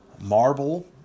marble